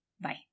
Bye